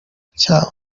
cyabo